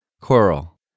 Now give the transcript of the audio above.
Coral